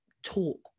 talk